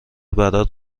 برات